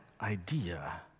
idea